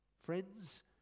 Friends